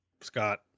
Scott